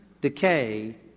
decay